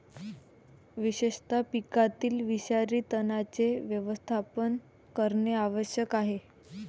विशेषतः पिकातील विषारी तणांचे व्यवस्थापन करणे आवश्यक आहे